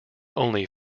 only